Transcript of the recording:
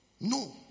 No